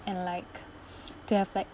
and like to have like